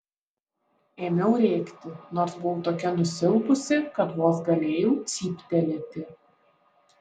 ėmiau rėkti nors buvau tokia nusilpusi kad vos galėjau cyptelėti